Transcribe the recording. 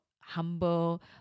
humble